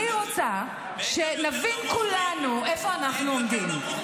אני רוצה שנבין כולנו איפה אנחנו עומדים.